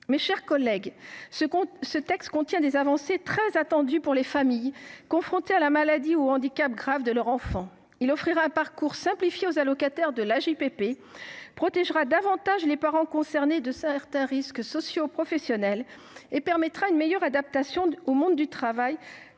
Mes chers collègues, le présent texte contient des avancées très attendues pour les familles confrontées à la maladie ou au handicap graves d’un enfant. Il offrira un parcours simplifié aux allocataires de l’AJPP, protégera davantage les parents concernés de certains risques socioprofessionnels et permettra une meilleure adaptation du monde du travail